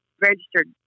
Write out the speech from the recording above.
registered